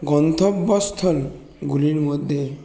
গন্তব্যস্থলগুলির মধ্যে